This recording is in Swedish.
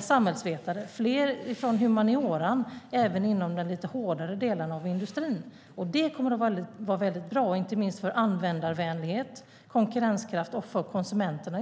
samhällsvetare och fler från humaniora även inom den lite hårdare delen av industrin. Det kommer att vara väldigt bra, inte minst för användarvänlighet, konkurrenskraft och i slutändan konsumenterna.